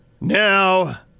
Now